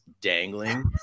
dangling